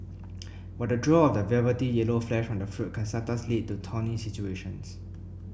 but the draw of the velvety yellow flesh from the fruit can sometimes lead to thorny situations